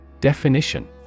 Definition